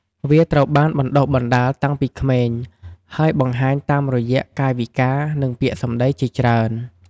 វាត្រូវបានបណ្ដុះបណ្ដាលតាំងពីក្មេង ហើយបង្ហាញតាមរយៈកាយវិការ និងពាក្យសម្ដីជាច្រើន។